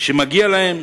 שמגיעות להן